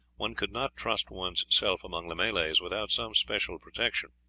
one could not trust one's self among the malays without some special protection.